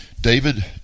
David